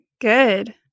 good